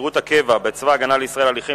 שירות הקבע בצבא-הגנה לישראל (הליכים